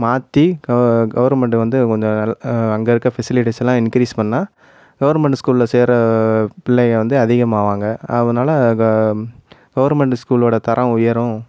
மாற்றி க கவர்மெண்ட்டு வந்து கொஞ்சம் நல் அங்கே இருக்க ஃபெசிலிட்டிஸெல்லாம் இன்க்ரீஸ் பண்ணால் கவர்மெண்ட் ஸ்கூல்ல சேர பிள்ளைங்கள் வந்து அதிகமாவாங்க அதனால் க கவர்மெண்ட்டு ஸ்கூலோட தரம் உயரும்